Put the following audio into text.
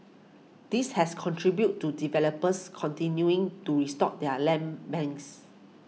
this has contributed to developers continuing to restock their land banks